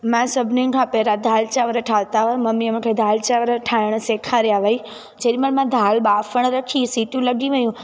मां सभिनीनि खां पहिरियां दाल चांवर ठाहिया हुआ मम्मीअ मूंखे दाल चांवर ठाहिणु सेखारिया हुयाईं जेॾीमहिल मां दाल ॿाफण रखी सीटियूं लॻी वियूं